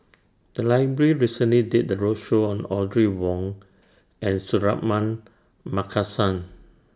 The Library recently did A roadshow on Audrey Wong and Suratman Markasan